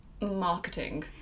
marketing